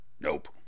Nope